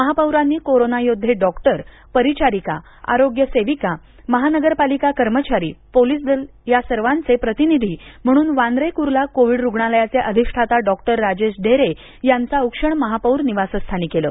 महापौरांनी कोरोना योद्धे डॉक्टर परिचारिका आरोग्य सेविका महानगरपालिका कर्मचारी पोलीस दल या सर्वांचे प्रतिनिधी म्हणून वांद्रे क्र्ला कोविड रुग्णालयाचे अधिष्ठाता डॉक्टर राजेश ढेरे यांचं औक्षण महापौर निवासस्थानी केलं